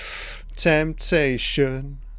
Temptation